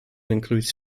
includes